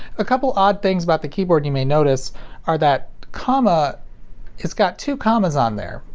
a couple odd things about the keyboard you may notice are that comma has got two commas on there,